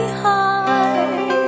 heart